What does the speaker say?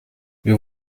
wir